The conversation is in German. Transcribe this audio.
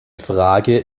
frage